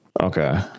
Okay